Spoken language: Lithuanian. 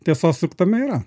tiesos tame yra